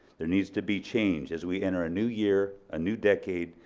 there needs to be change, as we enter a new year, a new decade,